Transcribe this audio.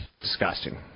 disgusting